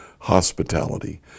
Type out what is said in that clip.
hospitality